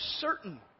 certain